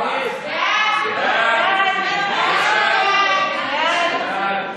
חוק קיום דיונים בהיוועדות